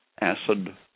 acid